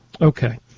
Okay